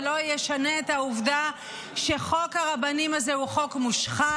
זה לא ישנה את העובדה שחוק הרבנים הזה הוא חוק מושחת,